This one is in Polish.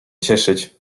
cieszyć